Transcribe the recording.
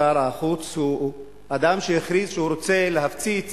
שר החוץ הוא אדם שהכריז שהוא רוצה להפציץ